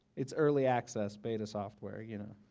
it's early access beta software, you know,